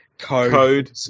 Code